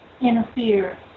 interfere